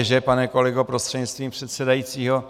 Že, pane kolego prostřednictvím předsedajícího?